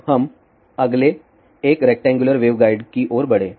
अब हम अगले एक रेक्टैंगुलर वेवगाइड की ओर बढे